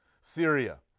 Syria